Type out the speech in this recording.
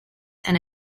and